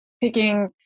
picking